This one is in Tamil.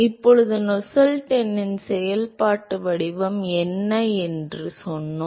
ப்போது நசெல்ட் எண்ணின் செயல்பாட்டு வடிவம் என்ன என்றும் சொன்னோம்